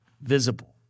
visible